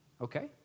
okay